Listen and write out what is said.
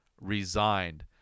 resigned